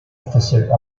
officer